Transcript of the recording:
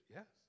Yes